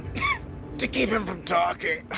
yeah to keep him from talking.